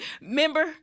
remember